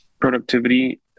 productivity